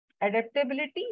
adaptability